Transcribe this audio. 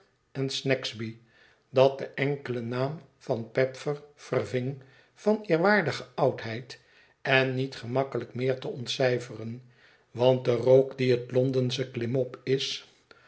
en snagsby dat den enkelen naam van peffer verving van eerwaardige oudheid en niet gemakkelijk meer te ontcijferen want de rook die het londensche klimop is